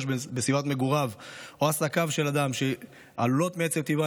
בסביבת מגוריו או עסקיו של האדם שעלולות מעצם טיבן